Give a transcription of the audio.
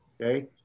Okay